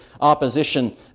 opposition